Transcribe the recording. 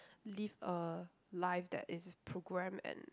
live a life that is program and